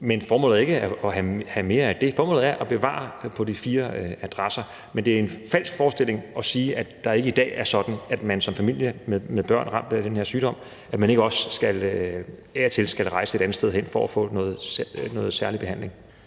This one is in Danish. Men formålet er ikke at have mere af det. Formålet er at bevare det på de fire adresser. Men det er en falsk forestilling at sige, at det ikke i dag er sådan, at man som familie med børn ramt af den her sygdom ikke også af og til skal rejse et andet sted hen for at få noget særlig behandling.